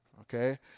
Okay